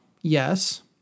yes